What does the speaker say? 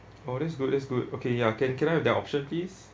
oh that's good that's good okay ya can can I have that option please